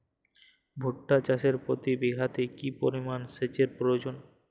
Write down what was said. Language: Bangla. ভুট্টা চাষে প্রতি বিঘাতে কি পরিমান সেচের প্রয়োজন?